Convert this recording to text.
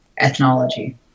ethnology